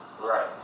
Right